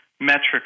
metrics